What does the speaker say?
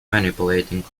manipulating